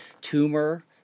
tumor